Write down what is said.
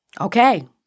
okay